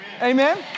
Amen